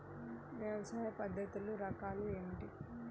వ్యవసాయ పద్ధతులు రకాలు ఏమిటి?